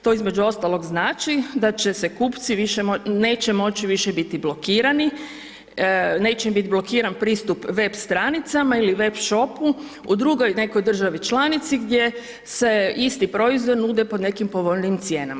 To između ostalog znači da će se kupci neće moći više biti blokirani, neće im biti blokiran pristup web stranicama ili web shopu u drugoj nekoj državi članici gdje se isti proizvodi nude po nekakvim povoljnijim cijenama.